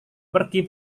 pergi